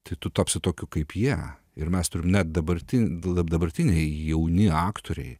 tai tu tapsi tokiu kaip jie ir mes turime ne dabartin dabartiniai jauni aktoriai